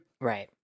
Right